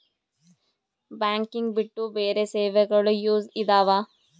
Banking ಬಿಟ್ಟು ಬೇರೆ ಸೇವೆಗಳು ಯೂಸ್ ಇದಾವ?